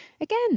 again